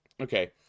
okay